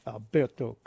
Alberto